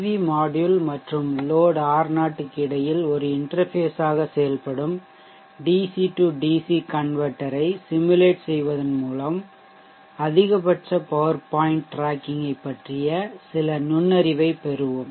we module மற்றும் load R0 க்கு இடையில் ஒரு இன்டெர்ஃபேஷ் ஆக செயல்படும் DC DC கன்வெர்ட்டர்மாற்றி ஐ சிமுலேட் செய்வதன் உருவகப்படுத்துவதன் மூலம் அதிகபட்ச பவர் பாயிண்ட் டிராக்கிங்கைப் பற்றிய சில நுண்ணறிவைப் பெறுவோம்